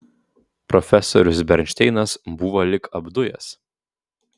profesorius bernšteinas buvo lyg apdujęs